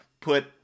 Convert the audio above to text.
put